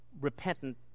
repentant